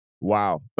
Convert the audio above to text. Wow